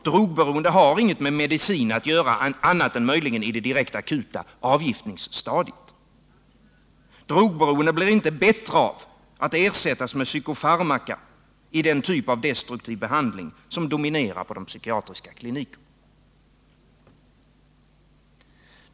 Drogberoende har inget med medicin att göra annat än möjligen i det direkt akuta avgiftningsstadiet. Drogberoendet blir inte bättre av att ersättas med psykofarmaka i den typ av destruktiv behandling som dominerar på de psykiatriska klinikerna.